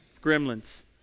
Gremlins